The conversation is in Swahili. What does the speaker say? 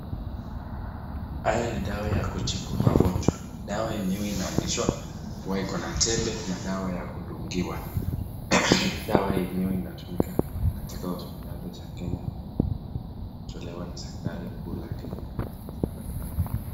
Haya ni dawa ya kutibu magonjwa. Dawa yenyewe inaonyesha kua iko na tembe na dawa ya kudungiwa. Dawa yenyewe inatumika katika hosipitali ya Kenya inayotolewa na serikali kuu la Kenya kupitia msaada